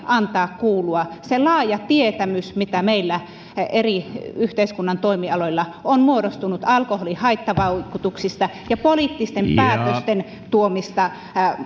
antaa kuulua sen laajan tietämyksen mitä meillä eri yhteiskunnan toimialoilla on muodostunut alkoholin haittavaikutuksista ja poliittisten päätösten tuomista